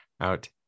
out